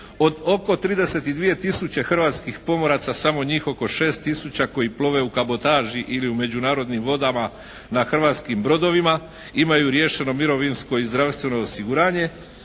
Od oko 32 tisuće hrvatskih pomoraca samo njih oko 6 tisuća koji plove u kabotaži ili u međunarodnim vodama na hrvatskim brodovima imaju riješeno mirovinsko i zdravstveno osiguranje